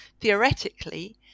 theoretically